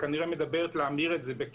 שכנראה מדברת על להמיר את זה בכסף.